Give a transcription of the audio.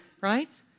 Right